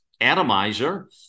atomizer